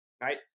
right